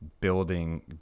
building